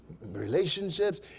relationships